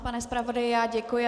Pane zpravodaji, děkuji.